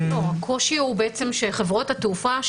הקושי הוא שחברות התעופה,